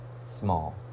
small